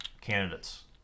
candidates